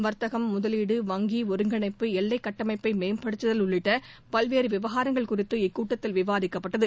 வர்த்தகம் முதலீடு வங்கி ஒருங்கிணைப்பு எல்லை கட்டமைப்பை மேம்படுத்துதல் உள்ளிட்ட பல்வேறு விவகாரங்கள் குறித்து இக்கூட்டத்தில் விவாதிக்கப்பட்டது